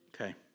Okay